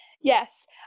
Yes